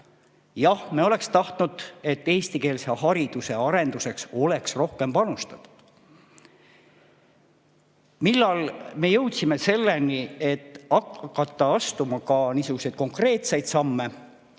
Jah, me oleks tahtnud, et eestikeelse hariduse arenduseks oleks rohkem panustatud. Millal me jõudsime selleni, et hakata astuma ka niisuguseid konkreetseid samme?